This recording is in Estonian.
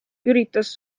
üritas